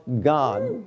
God